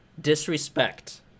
disrespect